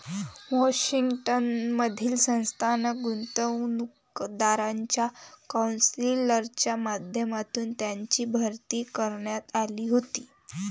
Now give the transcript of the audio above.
Washington मधील संस्थात्मक गुंतवणूकदारांच्या कौन्सिलच्या माध्यमातून त्यांची भरती करण्यात आली होती